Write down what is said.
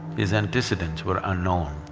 his antecedents were unknown,